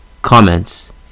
Comments